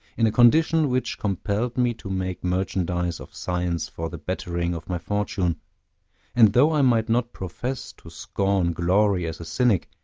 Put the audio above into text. in a condition which compelled me to make merchandise of science for the bettering of my fortune and though i might not profess to scorn glory as a cynic,